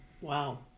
wow